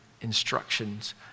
instructions